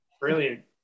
brilliant